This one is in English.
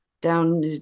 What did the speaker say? down